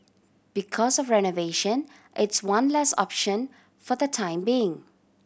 because of renovation it's one less option for the time being